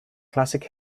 classic